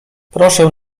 proszę